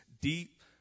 deep